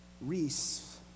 Reese